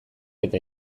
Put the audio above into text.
eta